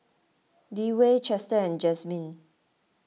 Dewey Chester and Jazmin